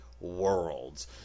worlds